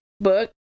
book